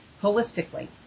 holistically